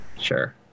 Sure